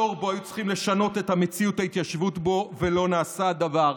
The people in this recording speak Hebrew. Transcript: עשור שבו היו צריכים לשנות את מציאות ההתיישבות בו ולא נעשה דבר,